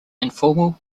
informal